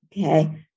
Okay